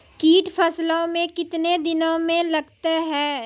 कीट फसलों मे कितने दिनों मे लगते हैं?